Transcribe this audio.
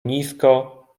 nisko